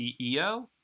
ceo